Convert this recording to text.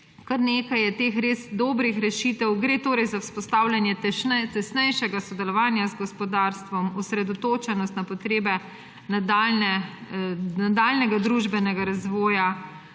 kar nekaj je teh res dobrih rešitev. Gre torej za vzpostavljanje tesnejšega sodelovanja z gospodarstvom, osredotočenost na potrebe nadaljnjega družbenega razvoja.